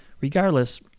regardless